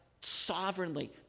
sovereignly